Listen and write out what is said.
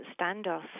standoff